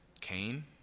Cain